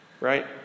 Right